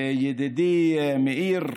ידידי מאיר,